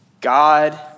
God